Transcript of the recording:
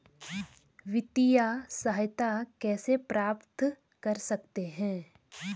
वित्तिय सहायता कैसे प्राप्त कर सकते हैं?